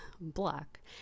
black